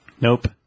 Nope